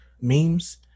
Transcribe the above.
memes